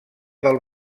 del